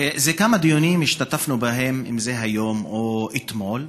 בכמה דיונים שהשתתפנו בהם, אם זה היום או אתמול,